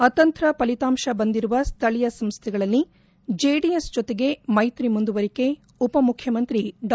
ಅತಂತ್ರ ಫಲಿತಾಂಶ ಬಂದಿರುವ ಸ್ಥಳೀಯ ಸಂಸ್ಥೆಗಳಲ್ಲಿ ಜೆಡಿಎಸ್ ಜೊತೆಗೆ ಮೈತ್ರಿ ಮುಂದುವರಿಕೆ ಉಪಮುಖ್ಯಮಂತ್ರಿ ಡಾ